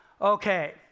Okay